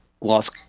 lost